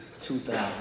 2000